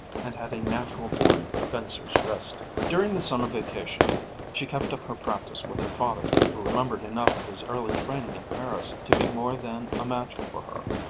and had a natural-born fencer's wrist. during the summer vacation she kept up her practice with her father, who remembered enough of his early training in paris to be more than a match for her,